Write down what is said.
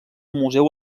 museu